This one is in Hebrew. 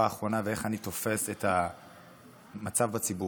האחרונה ואיך אני תופס את המצב בציבור.